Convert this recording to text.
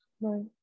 right